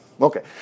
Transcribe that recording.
Okay